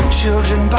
children